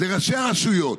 לראשי הרשויות.